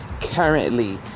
currently